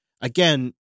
again